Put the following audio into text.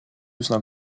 üsna